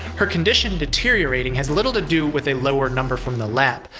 her condition deteriorating has little to do with a lower number from the lab.